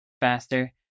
faster